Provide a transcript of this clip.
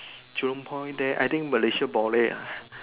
Jurong point there I think Malaysia boleh ah